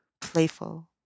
playful